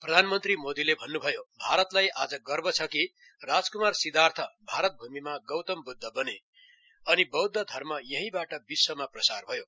प्रधानमन्त्री मोदीले भन्नुभयो भारतलाई आज गर्व छ कि राजकुमार सिर्दाथ भारत भूमिमा गौतम बुद्ध बने अनि बौद्ध धर्म यहीबाट विश्वमा प्रसार भयो